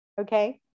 okay